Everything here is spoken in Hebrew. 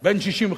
בין 1965